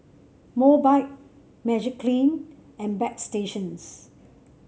Mobike Magiclean and Bagstationz